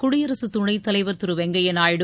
குடியரசுத் துணைத்தலைவர் திரு வெங்கையா நாயுடு